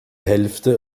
hälfte